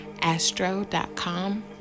astro.com